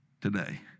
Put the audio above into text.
today